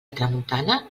tramuntana